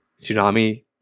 Tsunami